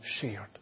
shared